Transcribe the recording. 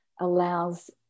allows